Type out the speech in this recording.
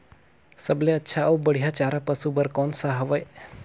सबले अच्छा अउ बढ़िया चारा पशु बर कोन सा हवय?